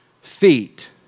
feet